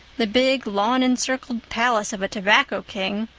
the big lawn-encircled palace of a tobacco king,